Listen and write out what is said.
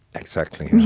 exactly.